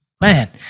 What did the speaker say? Man